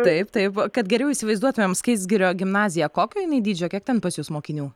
taip taip kad geriau įsivaizduotumėm skaistgirio gimnaziją kokio jinai dydžio kiek ten pas jus mokinių